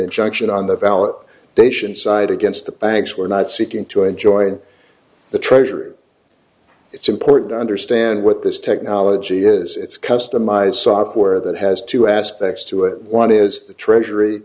injunction on the valid patient side against the banks we're not seeking to enjoin the treasury it's important to understand what this technology is it's customized software that has two aspects to it one is the treasury